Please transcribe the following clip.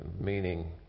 meaning